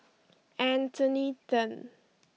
Anthony then